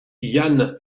jan